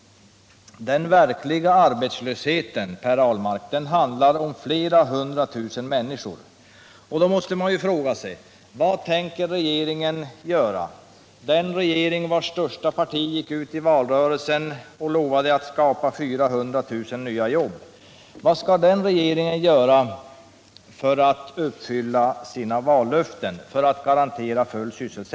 Den verkliga arbetslösheten, Per Ahlmark, handlar om flera hundra tusen människor. Då måste man fråga sig: Vad tänker regeringen göra, den regering vars största parti gick ut i valrörelsen och lovade att skapa 400 000 nya jobb? Vad skall den regeringen göra för att uppfylla sina vallöften, för att garantera full sysselsättning?